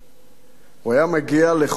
הוא היה מגיע לכל אירוע,